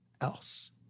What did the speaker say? else